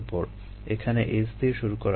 তাহলে এখানে S দিয়ে শুরু করা যাক